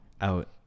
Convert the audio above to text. Out